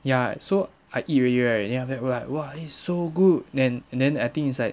ya so I eat already right then after that will like !wah! eh so good then and then I think it's like